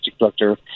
director